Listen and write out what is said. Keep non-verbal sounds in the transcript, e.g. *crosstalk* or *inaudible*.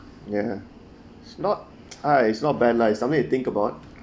ya it's not *noise* ah it's not bad lah it's something to think about